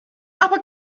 aber